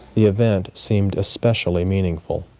the event seemed especially meaningful.